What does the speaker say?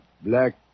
black